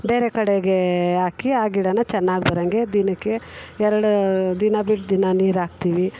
ಬೇರೆ ಕಡೆಗೆ ಹಾಕಿ ಆ ಗಿಡನ ಚೆನ್ನಾಗಿ ಬರೋ ಹಂಗೆ ದಿನಕ್ಕೆ ಎರಡು ದಿನ ಬಿಟ್ಟು ದಿನ ನೀರು ಹಾಕ್ತೀವಿ